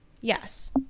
Yes